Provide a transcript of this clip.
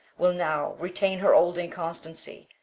will now retain her old inconstancy,